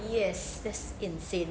yes that's insane